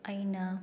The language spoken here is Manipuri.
ꯑꯩꯅ